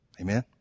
Amen